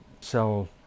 sell